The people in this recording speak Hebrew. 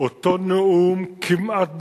אותו נאום כמעט במדויק,